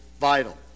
vital